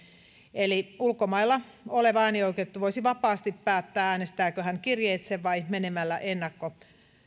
eli ulkomailla oleva äänioikeutettu voisi vapaasti päättää äänestääkö hän kirjeitse vai menemällä